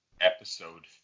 Episode